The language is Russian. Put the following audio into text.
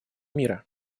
мира